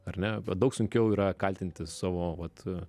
ar ne bet daug sunkiau yra kaltinti savo vat